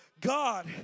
God